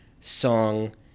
song